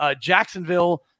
Jacksonville